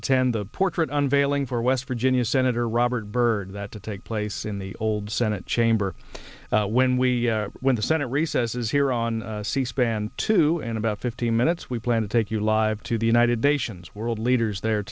attend the portrait unveiling for west virginia senator robert byrd that to take place in the old senate chamber when we when the senate recesses here on c span to an about fifteen minutes we plan to take you live to the united nations world